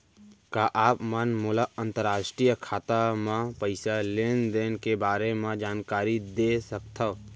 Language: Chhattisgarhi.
का आप मन मोला अंतरराष्ट्रीय खाता म पइसा लेन देन के बारे म जानकारी दे सकथव?